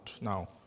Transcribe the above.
Now